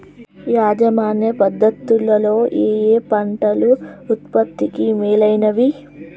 యాజమాన్య పద్ధతు లలో ఏయే పంటలు ఉత్పత్తికి మేలైనవి?